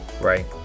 Right